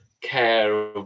care